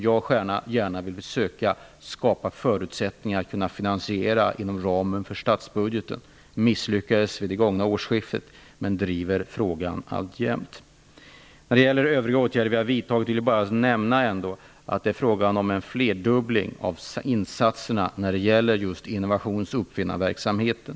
Jag vill gärna försöka skapa förutsättningar för att finansiera ett sådant program inom ramen för statsbudgeten. Det misslyckades vid det gångna årsskiftet, men jag driver frågan alltjämt. När det gäller övriga åtgärder som vi har vidtagit vill jag nämna att det är fråga om en flerdubbling av insatserna för innovations och uppfinnarverksamheten.